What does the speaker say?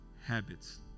Habits